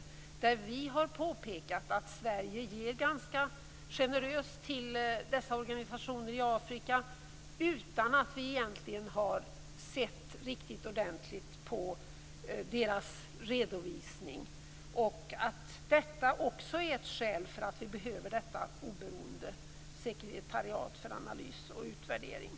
Vi kristdemokrater har påpekat att Sverige ger ganska generöst till dessa organisationer i Afrika utan att vi egentligen har sett riktigt ordentligt på deras redovisning. Också detta är ett skäl för att vi behöver detta oberoende sekretariat för analys och utvärdering.